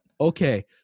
Okay